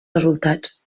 resultats